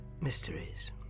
mysteries